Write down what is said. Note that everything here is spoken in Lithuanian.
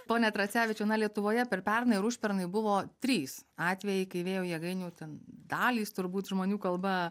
pone tracevičiau na lietuvoje per pernai ir užpernai buvo trys atvejai kai vėjo jėgainių ten dalys turbūt žmonių kalba